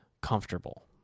comfortable